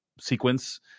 sequence